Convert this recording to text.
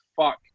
fuck